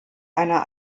einer